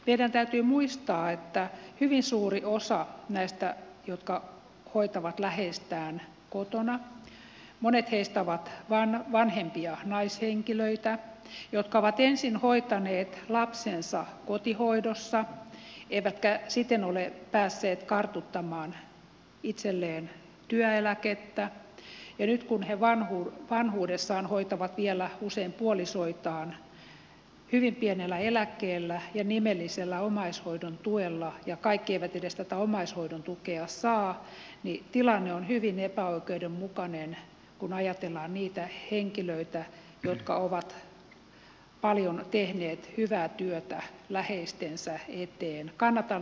meidän täytyy muistaa että monet heistä jotka hoitavat läheistään kotona ovat vanhempia naishenkilöitä jotka ovat ensin hoitaneet lapsensa kotihoidossa eivätkä siten ole päässeet kartuttamaan itselleen työeläkettä ja nyt kun he vanhuudessaan hoitavat vielä usein puolisoitaan hyvin pienellä eläkkeellä ja nimellisellä omaishoidon tuella ja kaikki eivät edes tätä omaishoidon tukea saa niin tilanne on hyvin epäoikeudenmukainen kun ajatellaan niitä henkilöitä jotka ovat paljon tehneet hyvää työtä läheistensä eteen